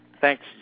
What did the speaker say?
Thanks